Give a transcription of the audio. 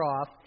off